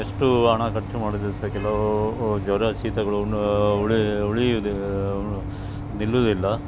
ಎಷ್ಟು ಹಣ ಖರ್ಚು ಮಾಡಿದರು ಸಹ ಕೆಲವು ಜ್ವರ ಶೀತಗಳು ಉಳಿ ಉಳಿಯುದು ನಿಲ್ಲುವುದಿಲ್ಲ